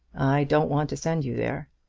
i don't want to send you there.